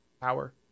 power